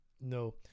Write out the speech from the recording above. no